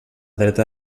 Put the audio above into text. dreta